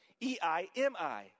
E-I-M-I